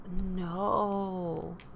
no